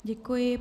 Děkuji.